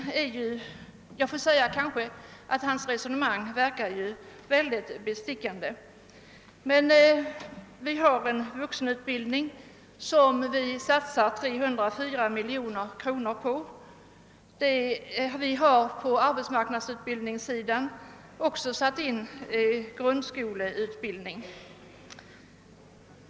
Herr Ericssons resonemang verkar mycket bestickande. Vi har en vuxenutbildning, på vilken vi satsar 304 miljoner kronor per år. På arbetsmarknadsutbildningssidan har vi också satt in grundskolutbildning.